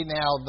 now